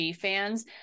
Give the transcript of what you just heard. fans